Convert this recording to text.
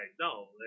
No